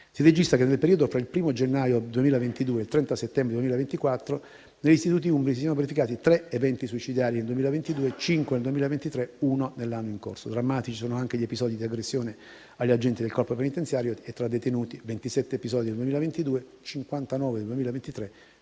Si registra che, nel periodo compreso tra il 1° gennaio 2022 e il 30 settembre 2024, negli istituti umbri si siano verificati tre eventi suicidari nel 2022, cinque nel 2023 e uno nell'anno in corso. Drammatici sono anche gli episodi di aggressione agli agenti del Corpo penitenziario e tra detenuti; si registrano 27 episodi nel 2022, 59 nel 2023